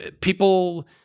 people